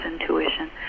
intuition